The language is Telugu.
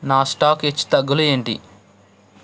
నా స్టాక్ హెచ్చుతగ్గులు ఏంటి